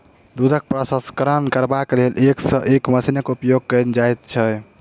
दूधक प्रसंस्करण करबाक लेल एक सॅ एक मशीनक उपयोग कयल जाइत छै